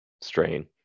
strain